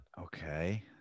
Okay